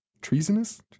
treasonous